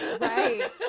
right